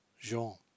Jean